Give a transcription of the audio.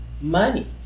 money